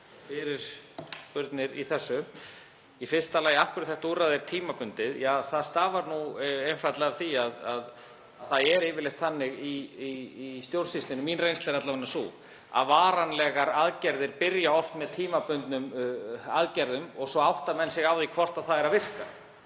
allmargar spurningar í þessu. Í fyrsta lagi af hverju þetta úrræði er tímabundið. Það stafar einfaldlega af því að það er yfirleitt þannig í stjórnsýslunni. Mín reynsla er alla vega sú að varanlegar aðgerðir byrja oft með tímabundnum aðgerðum og svo átta menn sig á því hvort þær virka.